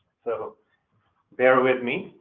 so bear with me.